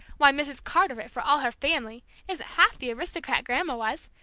why, mrs. carteret for all her family isn't half the aristocrat grandma was!